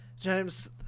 James